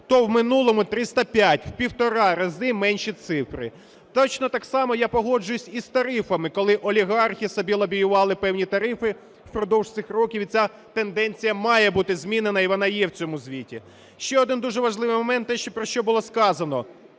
то в минулому – 305, у півтора разу менші цифри. Точно так само я погоджуюсь і з тарифами, коли олігархи собі лобіювали певні тарифи впродовж цих років, і ця тенденція має бути змінена, і вона є в цьому звіті. Ще один дуже важливий момент – те, про що було сказано